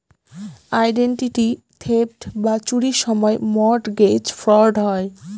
identity theft বা চুরির সব মর্টগেজ ফ্রড হয়